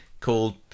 Called